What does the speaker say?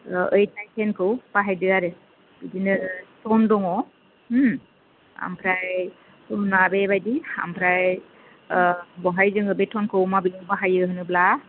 eight nine टेनखौ बाहायदो आरो बिदिनो ट'न दङ होम आमफ्राय होनबा बेबायदि आमफ्राय बहाय जोङो बे ट'नखौ माबायदि बाहायो होनोब्ला